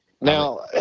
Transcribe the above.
Now